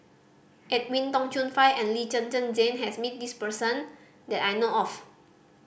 Edwin Tong Chun Fai and Lee Zhen Zhen Jane has met this person that I know of